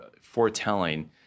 foretelling